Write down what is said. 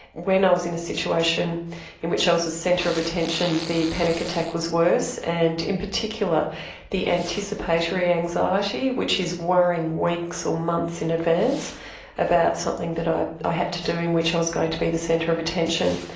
when i was in a situation in which i was the centre of attention the panic attack was worse and in particular the anticipatory anxiety which is worrying weeks or months in advance about something that i i had to do in which i was going to be the centre of attention.